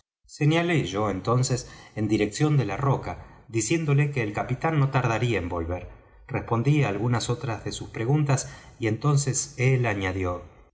señalé yo entonces en dirección de la roca diciéndole que el capitán no tardaría en volver respondí á algunas otras de sus preguntas y entonces él añadió